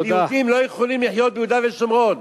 ויהודים לא יכולים לחיות ביהודה ושומרון?